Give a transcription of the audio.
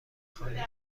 خانه